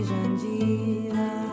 Jandira